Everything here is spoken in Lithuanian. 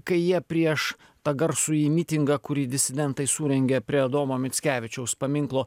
kai jie prieš tą garsųjį mitingą kurį disidentai surengė prie adomo mickevičiaus paminklo